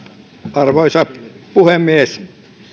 arvoisa puhemies